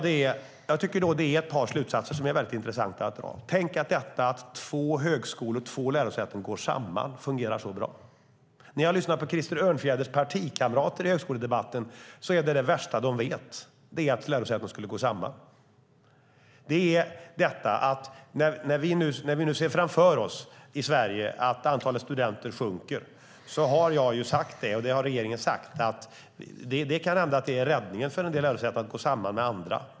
Det är intressant att det funkar så bra när två lärosäten går samman. På Krister Örnfjäders partikamrater i högskoledebatten brukar det låta som om det värsta som finns är att lärosäten skulle gå samman. När vi nu ser framför oss att antalet studenter i Sverige sjunker har jag och regeringen sagt att det kan hända att räddningen för en del lärosäten är att gå samman med andra.